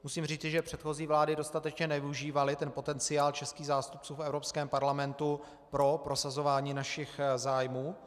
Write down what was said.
Musím říci, že předchozí vlády dostatečně nevyužívaly potenciál českých zástupců v Evropském parlamentu pro prosazování našich zájmů.